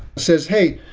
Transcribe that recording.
says, hey,